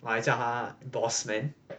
我还叫他 boss man